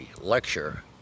lecture